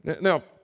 Now